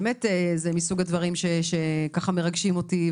זה באמת מסוג הדברים שמרגשים אותי,